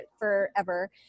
forever